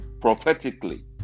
prophetically